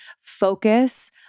focus